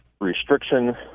restriction